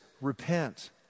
repent